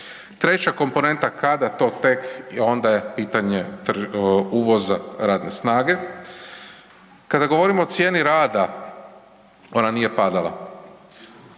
Treća komponenta kada to tek onda je pitanje uvoza radne snage. Kada govorimo o cijeni rada ona nije padala,